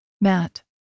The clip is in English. Matt